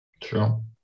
True